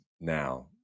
now